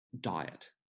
diet